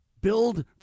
Build